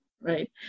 right